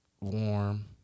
Warm